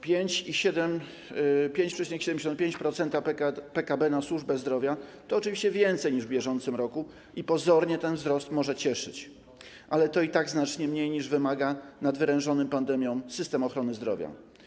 5,75% PKB na służbę zdrowia to oczywiście więcej niż w bieżącym roku i pozornie ten wzrost może cieszyć, ale to i tak znacznie mniej, niż wymaga nadwerężony pandemią system ochrony zdrowia.